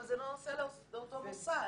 אבל זה לא נוסע לאותו מוסד,